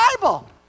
Bible